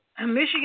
Michigan